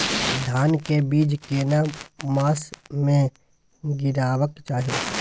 धान के बीज केना मास में गीराबक चाही?